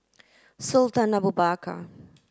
Sultan Abu Bakar